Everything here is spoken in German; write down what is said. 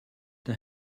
der